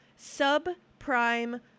subprime